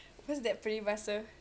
what's that peribahasa